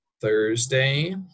Thursday